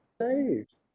saves